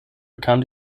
bekam